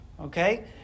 Okay